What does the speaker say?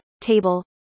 Table